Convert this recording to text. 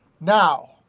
Now